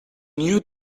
new